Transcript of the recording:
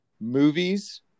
movies